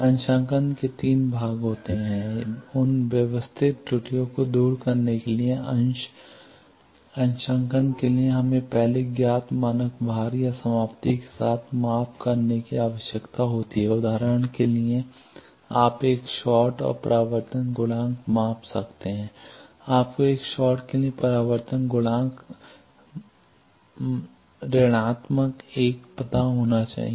अंशांकन के तीन भाग होते हैं उन व्यवस्थित त्रुटियों को दूर करने के लिए अंश अंशांकन के लिए हमें पहले ज्ञात मानक भार या समाप्ति के साथ माप करने की आवश्यकता होती है उदाहरण के लिए आप एक शॉर्ट और परावर्तन गुणांक माप सकते हैं आपको एक शॉर्ट के लिए परावर्तन गुणांक 1 पता होना चाहिए